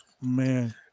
Man